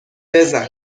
بزن